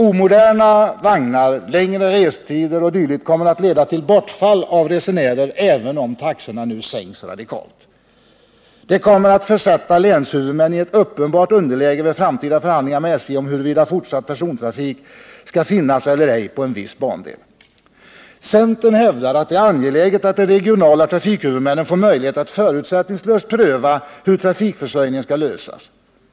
Omoderna vagnar, längre restider o. d. kommer att leda till bortfall av resenärer, även om taxorna nu sänks radikalt. Detta kommer att försätta länshuvudmännen i ett uppenbart underläge i framtida förhandlingar med SJ om huruvida fortsatt persontrafik skall finnas eller ej på Centern hävdar att det är angeläget att de regionala trafikhuvudmännen får möjlighet att förutsättningslöst pröva hur trafikförsörjningen skalllösas.